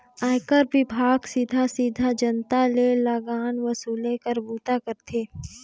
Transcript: आयकर विभाग सीधा सीधा जनता ले लगान वसूले कर बूता करथे